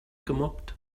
gemobbt